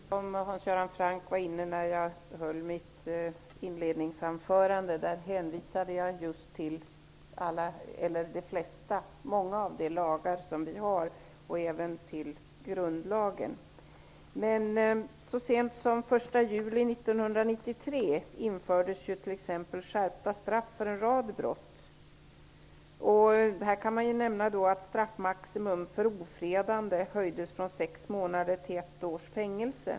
Herr talman! Jag vet inte om Hans Göran Franck var inne i kammaren när jag höll mitt inledningsanförande. Där hänvisade jag just till många av de lagar vi har och även till grundlagen. Så sent som den 1 juli 1993 infördes t.ex. en skärpning av straffen för en rad brott. Straffmaximum för ofredande höjdes t.ex. från sex månader till ett års fängelse.